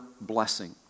blessing